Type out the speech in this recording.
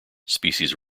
species